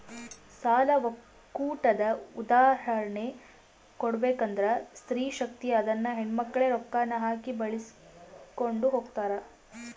ಸಾಲ ಒಕ್ಕೂಟದ ಉದಾಹರ್ಣೆ ಕೊಡ್ಬಕಂದ್ರ ಸ್ತ್ರೀ ಶಕ್ತಿ ಅದುನ್ನ ಹೆಣ್ಮಕ್ಳೇ ರೊಕ್ಕಾನ ಹಾಕಿ ಬೆಳಿಸ್ಕೊಂಡು ಹೊಗ್ತಾರ